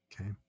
okay